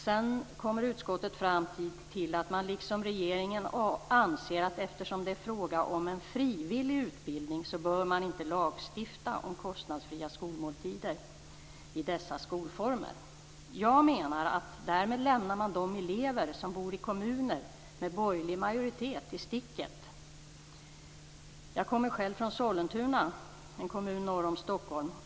Sedan kommer utskottet fram till att man liksom regeringen anser att eftersom det är fråga om en frivillig utbildning bör man inte lagstifta om kostnadsfria skolmåltider i dessa skolformer. Jag menar att man därmed lämnar de elever som bor i kommuner med borgerlig majoritet i sticket. Jag kommer själv från Sollentuna, en kommun norr om Stockholm.